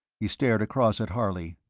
he stared across at harley.